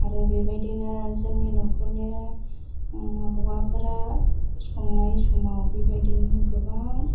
आरो बेबायदिनो जोंनि नखरनि हौवाफोरा संनाय समाव बेबायदिनो गोबां